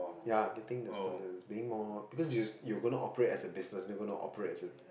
yeah getting the students being more because you you gonna operate as a business you gonna operate as a